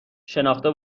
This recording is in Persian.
شناخته